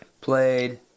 played